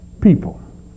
people